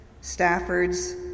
Stafford's